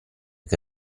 che